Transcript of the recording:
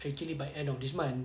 actually by end of this month